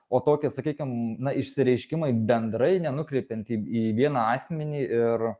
o tokie sakykim na išsireiškimai bendrai nenukreipiant į į vieną asmenį ir